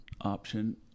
option